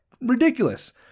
Ridiculous